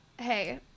hey